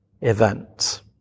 event